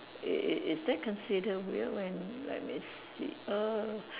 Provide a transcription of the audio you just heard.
is is that considered weird when let me see err